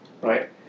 right